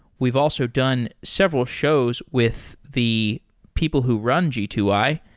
we've also done several shows with the people who run g two i,